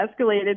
escalated